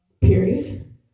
Period